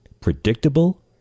predictable